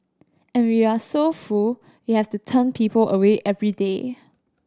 and we are so full we have to turn people away every day